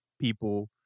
people